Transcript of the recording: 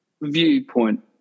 viewpoint